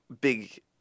big